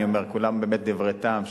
כולם באמת דברי טעם,